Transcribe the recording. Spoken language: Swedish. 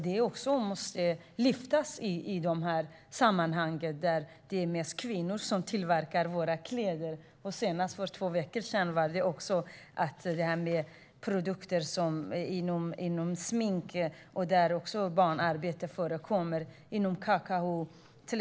Den måste lyftas i dessa sammanhang eftersom det är mest kvinnor som tillverkar våra kläder. Senast för två veckor sedan handlade det om produkter inom sminkbranschen. Också där förekommer barnarbete.